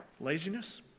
Laziness